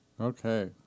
Okay